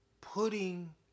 putting